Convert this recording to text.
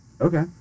Okay